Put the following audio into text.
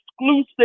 exclusive